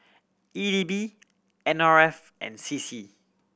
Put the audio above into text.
E D B N R F and C C